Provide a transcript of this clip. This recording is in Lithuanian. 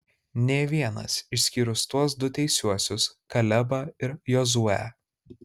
nė vienas išskyrus tuos du teisiuosius kalebą ir jozuę